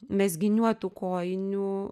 mezginiuotų kojinių